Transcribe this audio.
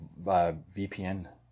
VPN